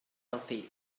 helpu